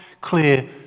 clear